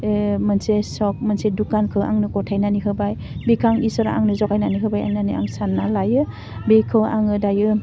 बे मोनसे सप मोनसे दुखानखौ आंनो गथायनानै होबाय बेखौ आं इसोरा आंनो जगायनानै होबाय होनानै आं सानना लायो बेखौ आङो दायो